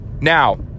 now